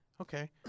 Okay